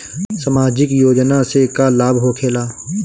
समाजिक योजना से का लाभ होखेला?